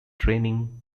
training